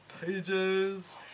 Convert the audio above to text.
pages